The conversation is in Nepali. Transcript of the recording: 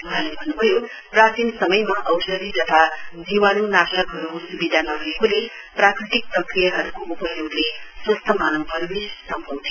वहाँले अन्नुभयो प्राचीन समयमा औषधि तथा जीवाणुनाशकहरूको सुबिधा नभएकोले प्राकृतिक प्रक्रियाहरूको उपयोगले स्वस्थ मानव परिवेश सम्भव थियो